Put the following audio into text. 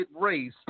race